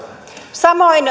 samoin